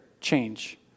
change